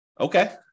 Okay